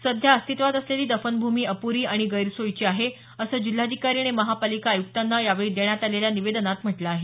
सध्या अस्तित्वात असलेली दफनभूमी अपूरी आणि गैरसोयीची आहे असं जिल्हाधिकारी आणि महापालिका आयुक्त यांना यावेळी देण्यात आलेल्या निवेदनात म्हटलं आहे